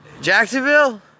Jacksonville